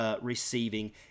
receiving